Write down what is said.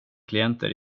klienter